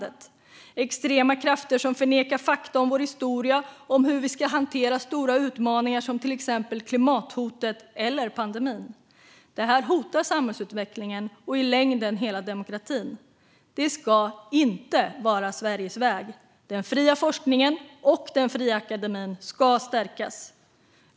Det är extrema krafter som förnekar fakta om vår historia och om hur vi ska hantera stora utmaningar, till exempel klimathotet eller pandemin. Detta hotar samhällsutvecklingen och i längden hela demokratin. Det ska inte vara Sveriges väg. Den fria forskningen och den fria akademin ska stärkas.